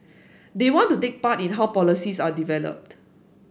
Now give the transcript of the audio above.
they want to take part in how policies are developed